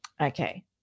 Okay